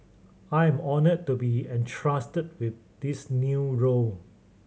I am honoured to be entrusted with this new role